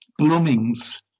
bloomings